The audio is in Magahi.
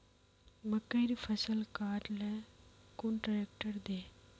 मकईर फसल काट ले कुन ट्रेक्टर दे?